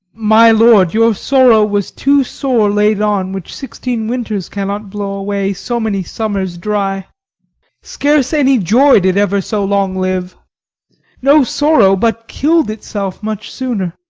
my lord, your sorrow was too sore laid on, which sixteen winters cannot blow away, so many summers dry scarce any joy did ever so long live no sorrow but kill'd itself much sooner.